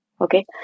okay